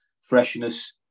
freshness